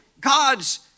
God's